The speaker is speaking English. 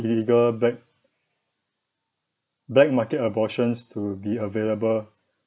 illegal black black market abortions to be available